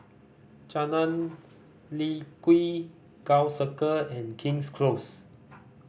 Jalan Lye Kwee Gul Circle and King's Close